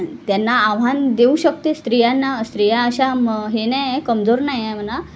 त्यांना आव्हान देऊ शकते स्त्रियांना स्त्रिया अशा मग हे नाही आहे कमजोर नाहीआहे म्हणा